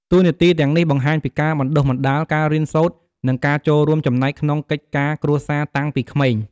តួនាទីទាំងនេះបង្ហាញពីការបណ្ដុះបណ្ដាល ការរៀនសូត្រ និងការចូលរួមចំណែកក្នុងកិច្ចការគ្រួសារតាំងពីក្មេង។